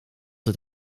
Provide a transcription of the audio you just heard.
het